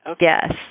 Yes